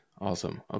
Awesome